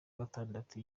gatandatu